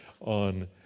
on